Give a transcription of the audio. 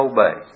Obey